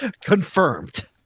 confirmed